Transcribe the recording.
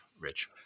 rich